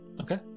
Okay